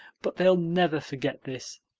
but they'll never forget this.